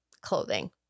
clothing